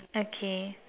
okay